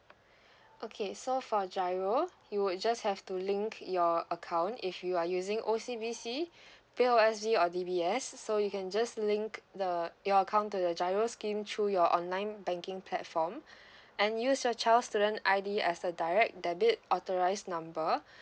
okay so for giro you would just have to link your account if you are using O_C_B_C P_O_S_B or D_B_S so you can just link the your account to the giro scheme through your online banking platform and use your child student I_D as the direct debit authorised number